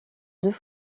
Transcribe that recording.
deux